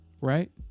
right